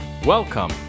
Welcome